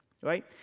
Right